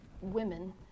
women